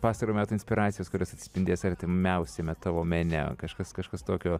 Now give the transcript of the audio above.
pastarojo meto inspiracijos kurios atsispindės artimiausiame tavo mene kažkas kažkas tokio